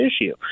issue